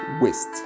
waste